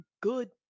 good